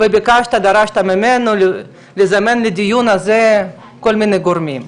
וביקשת ודרשת ממנו לזמן לדיון הזה כל מיני גורמים.